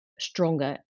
stronger